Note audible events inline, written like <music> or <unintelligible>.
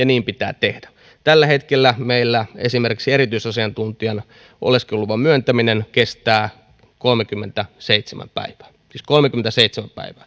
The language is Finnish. <unintelligible> niin pitää tehdä tällä hetkellä meillä esimerkiksi erityisasiantuntijan oleskeluluvan myöntäminen kestää kolmekymmentäseitsemän päivää siis kolmekymmentäseitsemän päivää <unintelligible>